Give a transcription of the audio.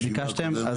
ביקשתם.